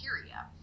bacteria